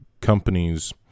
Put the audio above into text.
companies